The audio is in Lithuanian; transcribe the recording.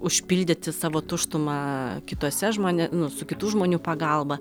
užpildyti savo tuštumą kituose žmonė nu su kitų žmonių pagalba